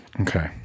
Okay